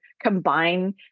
combine